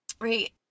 right